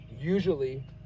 usually